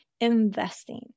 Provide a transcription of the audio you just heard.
investing